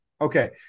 Okay